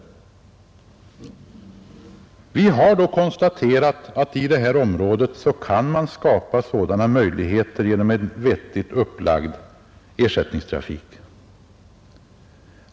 Vi har då konstaterat att man i det här området kan skapa sådana möjligheter genom en vettigt upplagd ersättningstrafik.